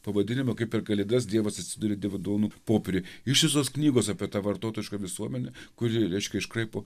pavadinime kaip per kalėdas dievas atsiduria dievo dovanų popieriuj ištisos knygos apie tą vartotojišką visuomenę kuri reiškia iškraipo